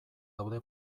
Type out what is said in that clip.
daude